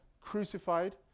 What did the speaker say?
crucified